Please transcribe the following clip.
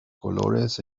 colores